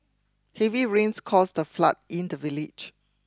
heavy rains caused a flood in the village